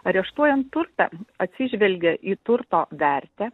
areštuojant turtą atsižvelgia į turto vertę